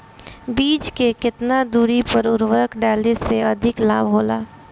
बीज के केतना दूरी पर उर्वरक डाले से अधिक लाभ होला?